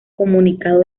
comunicado